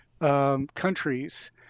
countries